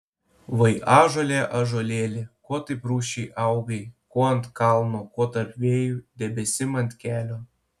vai ąžuole ąžuolėli ko taip rūsčiai augai ko ant kalno ko tarp vėjų debesim ant kelio